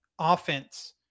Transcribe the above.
Offense